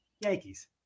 Yankees